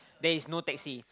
there is no taxi